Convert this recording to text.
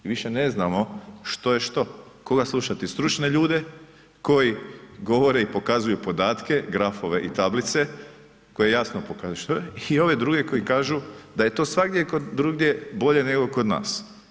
Više ne znamo što je što, koga slušati, stručne ljude koji govore i pokazuju podatke, grafove i tablice, koje jasno pokazuju, što je, i ove druge koji kažu da je to svagdje drugdje bolje nego kod nas.